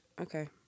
Okay